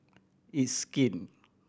It's Skin